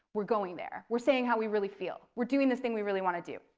we're going there. we're saying how we really feel. we're doing this thing we really want to do.